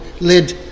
led